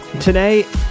today